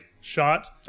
shot